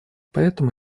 поэтому